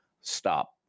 stop